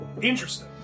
Interesting